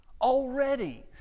already